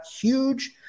huge